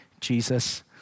Jesus